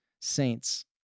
Saints